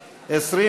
י' בשבט תשע"ו,